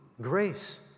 Grace